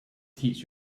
teach